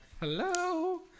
Hello